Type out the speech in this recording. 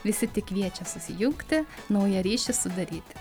visi tik kviečia susijungti naują ryšį sudaryti